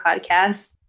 podcast